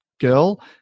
girl